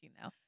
now